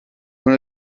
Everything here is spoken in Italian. uno